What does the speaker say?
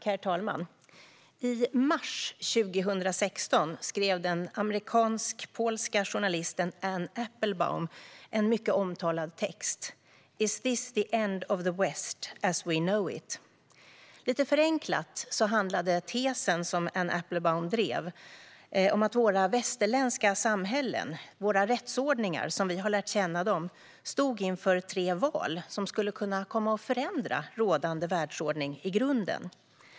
Herr talman! I mars 2016 skrev den amerikansk-polska journalisten Anne Applebaum en mycket omtalad text: Is this the end of the West as we know it? Lite förenklat handlade tesen som Anne Applebaum drev om att våra västerländska samhällen och våra rättsordningar som vi har lärt känna dem stod inför tre val som skulle kunna komma att förändra rådande världsordning i grunden.